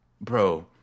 bro